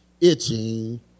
itching